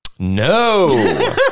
No